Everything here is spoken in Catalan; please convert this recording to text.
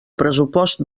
pressupost